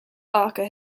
barker